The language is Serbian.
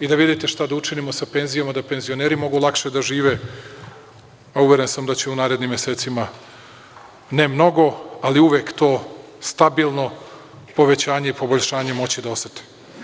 i da vidite šta da učinimo sa penzijama, da penzioneri mogu lakše da žive, a uveren sam da će u narednim mesecima ne mnogo, ali uvek to stabilno povećanje i poboljšanje moći da osete.